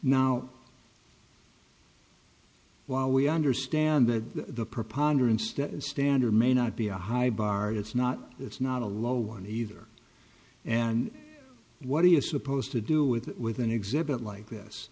now while we understand that the preponderance standard may not be a high bar it's not it's not a low one either and what he is supposed to do with that with an exhibit like this